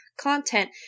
content